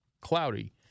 cloudy